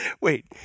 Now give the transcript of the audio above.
Wait